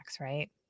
right